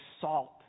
salt